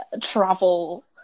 travel